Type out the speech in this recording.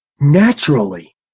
naturally